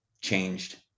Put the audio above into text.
changed